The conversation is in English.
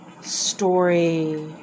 Story